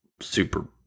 super